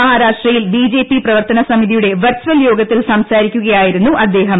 മഹാരാഷ്ട്രയ്ടിൽ പ്രബി J P പ്രവർത്തന സമിതിയുടെ വെർചൽ യോഗുത്തിൽ സംസാരിക്കുകയായിരുന്നു അദ്ദേഹം